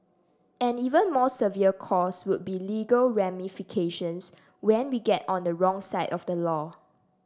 an even more severe cost would be legal ramifications when we get on the wrong side of the law